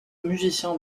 musiciens